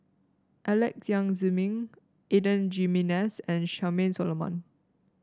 Alex Yam Ziming Adan Jimenez and Charmaine Solomon